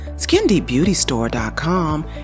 SkinDeepBeautyStore.com